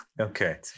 Okay